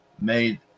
made